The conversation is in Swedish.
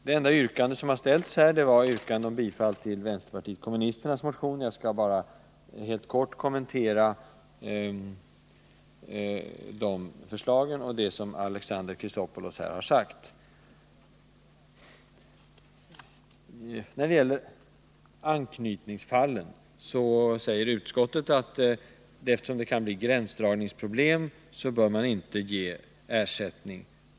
Det enda yrkande som har ställts under debatten gällde bifall till vänsterpartiet kommunisternas motion i ärendet. Jag skall bara helt kort kommentera förslagen i den, och det som Alexander Chrisopoulos sade. När det gäller anknytningsfallen säger utskottet att man, eftersom det kan bli gränsdragningsproblem, inte bör ge ersättning.